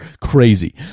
Crazy